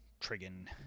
Trigon